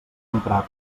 emprar